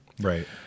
Right